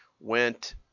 went